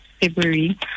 February